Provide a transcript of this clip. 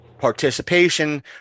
participation